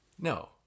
No